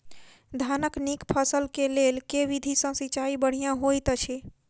धानक नीक फसल केँ लेल केँ विधि सँ सिंचाई बढ़िया होइत अछि?